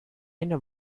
eine